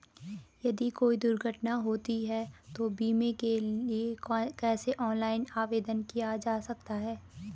यदि कोई दुर्घटना होती है तो बीमे के लिए कैसे ऑनलाइन आवेदन किया जा सकता है?